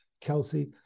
Kelsey